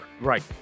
Right